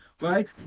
right